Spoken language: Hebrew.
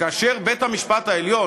וכאשר בית-המשפט העליון,